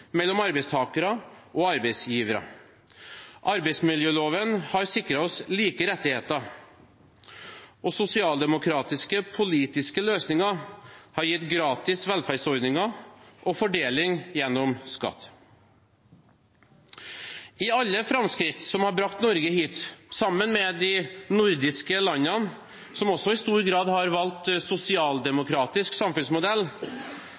mellom arbeidstakere og arbeidsgivere. Arbeidsmiljøloven har sikret oss like rettigheter. Sosialdemokratiske politiske løsninger har gitt gratis velferdsordninger og fordeling gjennom skatt. I alle framskritt som har brakt Norge hit, sammen med de nordiske landene, som også i stor grad har valgt